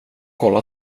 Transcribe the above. kolla